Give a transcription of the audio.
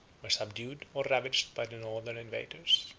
were subdued or ravaged by the northern invaders.